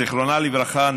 זיכרונה לברכה,